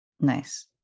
Nice